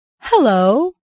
Hello